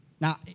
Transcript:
Now